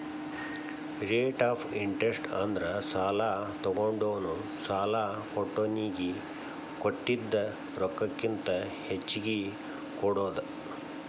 rate of interest ಅಂದ್ರ ಸಾಲಾ ತೊಗೊಂಡೋನು ಸಾಲಾ ಕೊಟ್ಟೋನಿಗಿ ಕೊಟ್ಟಿದ್ ರೊಕ್ಕಕ್ಕಿಂತ ಹೆಚ್ಚಿಗಿ ಕೊಡೋದ್